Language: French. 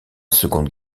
seconde